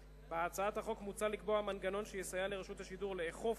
בהצעת החוק מוצע לקבוע מנגנון שיסייע לרשות השידור לאכוף